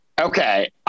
Okay